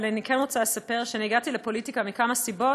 אבל אני כן רוצה לספר שאני הגעתי לפוליטיקה מכמה סיבות,